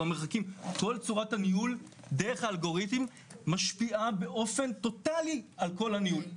כל צורת הניהול דרך האלגוריתם משפיעה באופן טוטלי על כל הניהול.